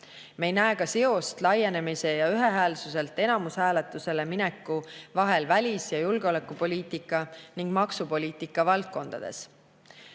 Meie ei näe ka seost laienemise ja ühehäälsuselt enamushääletusele mineku vahel välis- ja julgeolekupoliitika ning maksupoliitika valdkonnas.